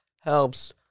helps